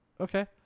Okay